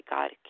God